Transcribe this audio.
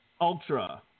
Ultra